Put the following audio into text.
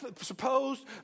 supposed